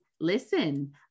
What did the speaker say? listen